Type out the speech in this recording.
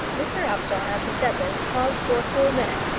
mr apjohn, as he said this, paused for a full minute,